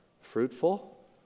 fruitful